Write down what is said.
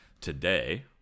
today